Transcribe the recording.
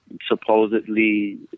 supposedly